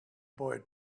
boy